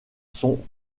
sont